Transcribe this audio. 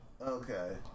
Okay